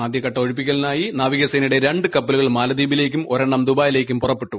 ആദ്യഘട്ട ഒഴിപ്പിക്കലിനായി ഇന്ത്യൻ നാവികസേനയുടെ രണ്ട് കപ്പലുകൾ മാലദ്വീപിലേക്കും ഒരെണ്ണം ദുബായിലേക്കും പുറപ്പെട്ടു